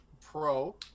pro